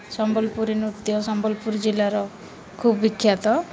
ସମ୍ବଲପୁରୀ ନୃତ୍ୟ ସମ୍ବଲପୁର ଜିଲ୍ଲାର ଖୁବ୍ ବିଖ୍ୟାତ